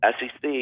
SEC